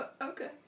Okay